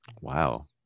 Wow